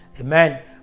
Amen